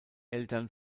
eltern